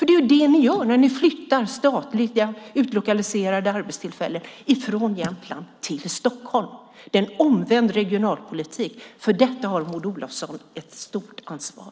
Det är vad ni gör när ni flyttar statliga utlokaliserade arbetstillfällen från Jämtland till Stockholm. Det är en omvänd regionalpolitik. För detta har Maud Olofsson ett stort ansvar.